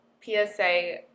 PSA